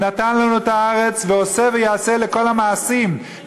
נתן לנו את הארץ ועושה ויעשה לכל המעשים,